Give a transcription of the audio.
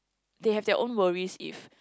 they have their own worries if